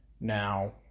now